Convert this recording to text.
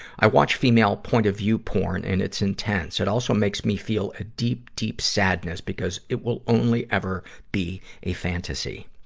i watch female point-of-view porn, and it's intense. it also makes me feel a deep, deep sadness because it will only ever be a fantasy.